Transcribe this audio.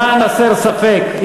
למען הסר ספק,